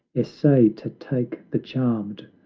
essay to take the charmed,